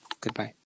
Goodbye